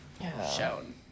shown